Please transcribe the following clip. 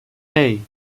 hey